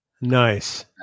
Nice